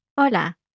Hola